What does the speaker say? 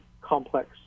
complex